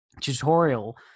tutorial